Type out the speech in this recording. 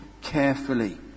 carefully